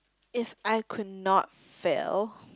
if I could not fail